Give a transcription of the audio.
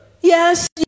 Yes